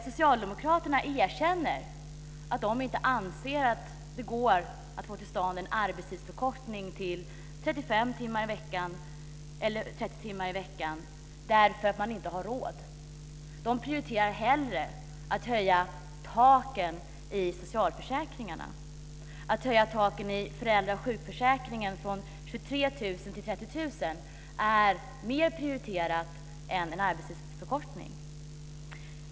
Socialdemokraterna erkänner att de inte anser att det går att få till stånd en arbetstidsförkortning till 35 eller 30 timmar i veckan därför att man inte har råd. De prioriterar hellre att höja taken i socialförsäkringarna. Att höja taken i föräldra och sjukförsäkringen från 23 000 kr till 30 000 kr är mer prioriterat än en arbetstidsförkortning.